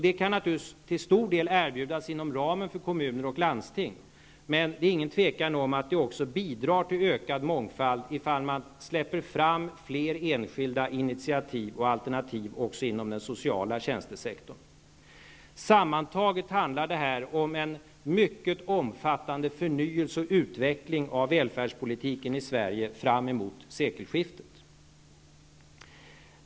Det kan naturligtvis till stor del erbjudas inom ramen för kommuner och landsting, men det råder inget tvivel om att det också bidrar till ökad mångfald om man släpper fram fler enskilda initiativ och alternativ också inom den sociala tjänstesektorn. Sammantaget handlar detta om en mycket omfattande förnyelse och utveckling av välfärdspolitiken i Sverige framemot sekelskiftet.